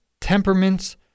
temperaments